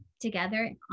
together